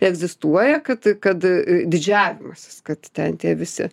egzistuoja kad kad didžiavimasis kad ten tie visi